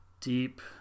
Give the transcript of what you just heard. deep